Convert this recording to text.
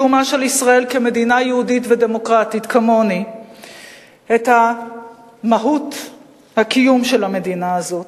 בקיומה של ישראל כמדינה יהודית ודמוקרטית את מהות הקיום של המדינה הזאת,